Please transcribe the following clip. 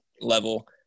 level